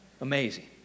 Amazing